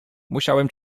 musiałem